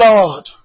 Lord